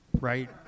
Right